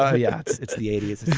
ah yeah. it's it's the eighty s.